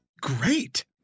great